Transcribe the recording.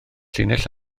llinell